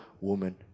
woman